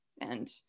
and-